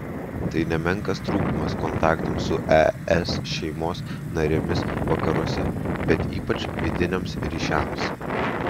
tai nemenkas trūkumas kontaktams su es šeimos narėmis vakaruose bet ypač vidiniams ryšiams